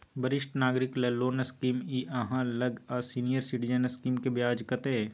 वरिष्ठ नागरिक ल कोन सब स्कीम इ आहाँ लग आ सीनियर सिटीजन स्कीम के ब्याज कत्ते इ?